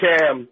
Cam